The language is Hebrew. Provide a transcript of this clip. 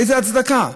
מאיזו הצדקה?